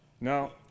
No